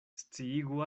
sciigu